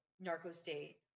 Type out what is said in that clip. narco-state